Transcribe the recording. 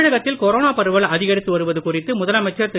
தமிழகத்தில் கொரோனா பரவல் அதிகரித்து வருவது குறித்து முதலமைச்சர் திரு